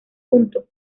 punto